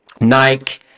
Nike